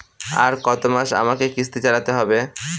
আর কতমাস আমাকে কিস্তি চালাতে হবে?